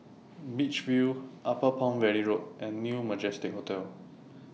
Beach View Upper Palm Valley Road and New Majestic Hotel